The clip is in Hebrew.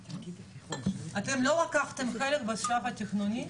לא לקחתם חלק בשלב התכנוני?